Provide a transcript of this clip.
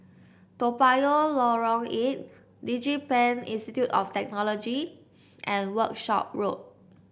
Toa Payoh Lorong Eight DigiPen Institute of Technology and Workshop Road